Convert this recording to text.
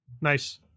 Nice